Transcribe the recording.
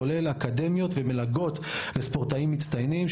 כולל אקדמיות ומלגות לספורטאים מצטיינים.